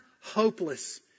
hopeless